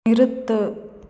நிறுத்து